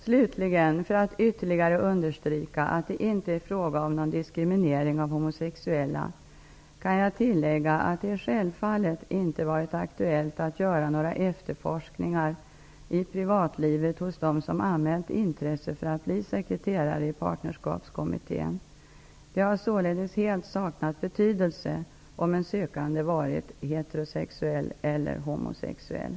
Slutligen, för att ytterligare understryka att det inte är fråga om någon diskriminering av homosexuella kan jag tillägga att det självfallet inte har varit aktuellt att göra några efterforskningar i privatlivet hos dem som anmält intresse för att bli sekreterare i Partnerskapskommittén. Det har således helt saknat betydelse om en sökande varit heterosexuell eller homosexuell.